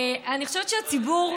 לא, זה בסדר.